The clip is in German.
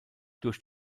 durch